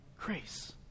grace